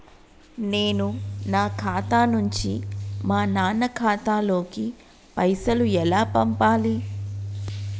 నేను నా ఖాతా నుంచి మా నాన్న ఖాతా లోకి పైసలు ఎలా పంపాలి?